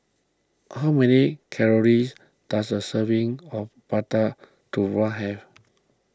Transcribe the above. how many calories does a serving of Prata Telur have